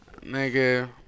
Nigga